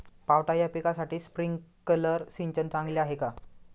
पावटा या पिकासाठी स्प्रिंकलर सिंचन चांगले आहे का?